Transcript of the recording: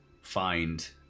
find